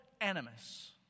animus